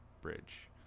bridge